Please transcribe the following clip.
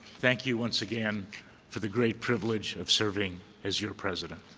thank you once again for the great privilege of serving as your president.